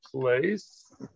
place